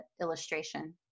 illustration